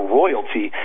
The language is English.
royalty